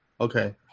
Okay